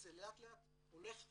זה לאט לאט הולך ונעלם.